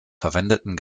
verwendeten